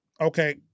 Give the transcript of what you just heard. Okay